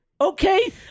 Okay